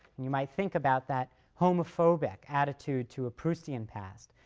and you might think about that homophobic attitude to a proustian past,